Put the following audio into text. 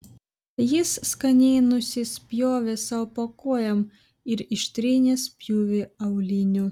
jis skaniai nusispjovė sau po kojom ir ištrynė spjūvį auliniu